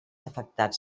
afectats